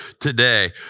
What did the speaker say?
today